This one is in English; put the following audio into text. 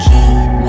Keep